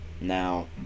now